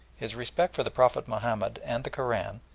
his respect for the prophet mahomed and the koran,